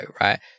right